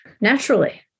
naturally